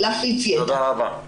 תודה רבה.